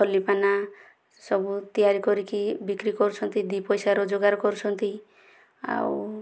ଖଲି ପାନା ସବୁ ତିଆରି କରିକି ବିକ୍ରି କରୁଛନ୍ତି ଦୁଇ ପଇସା ରୋଜଗାର କରୁଛନ୍ତି ଆଉ